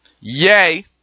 yay